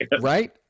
Right